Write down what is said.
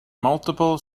multiple